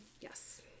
Yes